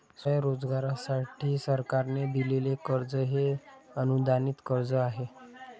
स्वयंरोजगारासाठी सरकारने दिलेले कर्ज हे अनुदानित कर्ज आहे